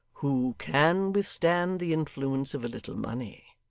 who can withstand the influence of a little money!